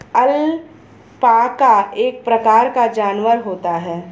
alpaca एक प्रकार का जानवर होता है